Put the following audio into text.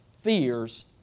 fears